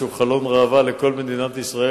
שהוא חלון ראווה לכל מדינת ישראל,